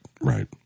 right